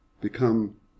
become